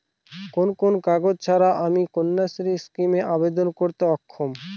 কোন কোন কাগজ ছাড়া আমি কন্যাশ্রী স্কিমে আবেদন করতে অক্ষম?